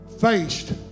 faced